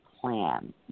plan